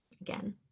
again